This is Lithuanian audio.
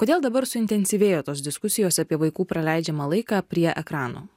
kodėl dabar suintensyvėjo tos diskusijos apie vaikų praleidžiamą laiką prie ekranų